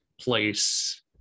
place